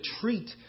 treat